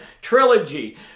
trilogy